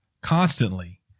constantly